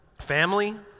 Family